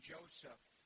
Joseph